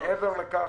מעבר לכך,